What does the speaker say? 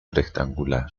rectangular